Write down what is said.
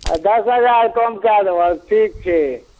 दस हजार कम कए देबहक ठीक छै